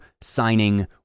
signing